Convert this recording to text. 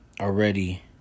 already